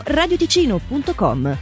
radioticino.com